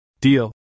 Deal